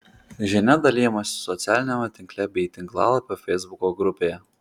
žinia dalijamasi socialiniame tinkle bei tinklalapio feisbuko grupėje